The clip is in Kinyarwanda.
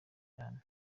cyane